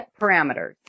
parameters